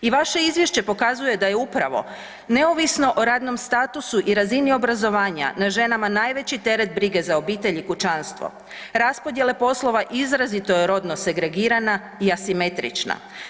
I vaše izvješće pokazuje da je upravo neovisno o radnom statusu i razini obrazovanja na ženama najveći teret brige za obitelj i kućanstvo, raspodjele poslova izrazito je rodno segregirana i asimetrična.